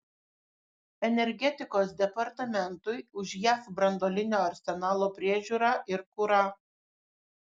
energetikos departamentui už jav branduolinio arsenalo priežiūrą ir kurą